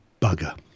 bugger